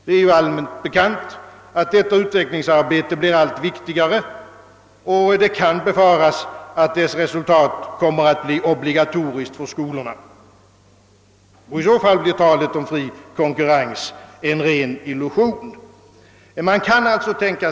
Det är allmän bekant att det utvecklingsarbetet blir allt viktigare, och det kan befaras att resultaten därav kan komma att bli obligatoriska för skolorna — och i så fall blir talet om fri konkurrens en ren illusion!